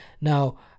now